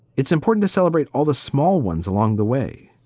it's important to celebrate all the small ones along the way.